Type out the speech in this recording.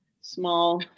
small